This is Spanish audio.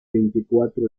veinticuatro